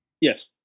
Yes